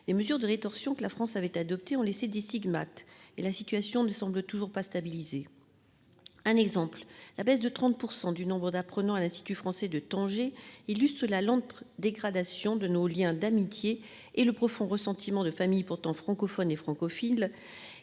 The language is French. Les mesures de rétorsion que la France avait adopté ont laissé des stigmates et la situation ne semble toujours pas stabilisée. Un exemple, la baisse de 30% du nombre d'apprenants à l'institut français de Tanger illustrent la lente dégradation de nos Liens d'amitié et le profond ressentiment de famille pourtant francophones et francophiles,